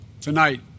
tonight